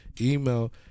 email